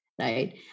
Right